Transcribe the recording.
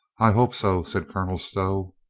i hope so, said colonel stow.